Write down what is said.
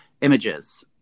Images